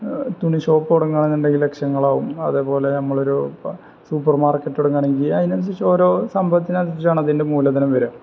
തുണി ഷോപ്പ് തുടങ്ങാന്നുണ്ടെങ്കില് ലക്ഷങ്ങളാവും അതേപോലെ നമ്മളൊരൂ ഇപ്പോള് സൂപ്പർ മാർക്കറ്റ് തുടങ്ങുകയാണെങ്കില് അതിനനുസരിച്ച് ഓരോ സംഭവത്തിനനുസരിച്ചാണ് ഇതിൻ്റെ മൂലധനം വരുക